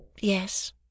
yes